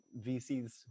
VCs